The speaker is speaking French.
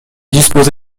dispose